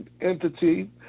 entity